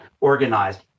organized